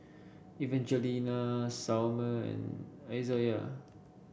Evangelina Selmer and Izayah